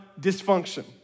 dysfunction